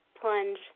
plunge